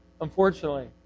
unfortunately